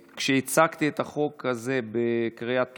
כשהצגתי את החוק הזה בקריאה טרומית,